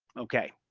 okay.